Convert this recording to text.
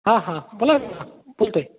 हां हां बोला की मॅम बोलतो आहे